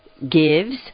Gives